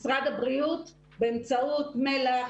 משרד הבריאות באמצעות מל"ח,